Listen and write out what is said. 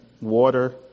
water